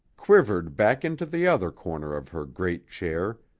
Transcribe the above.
quivered back into the other corner of her great chair,